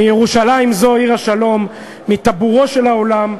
מירושלים זו, עיר השלום, מטבורו של עולם,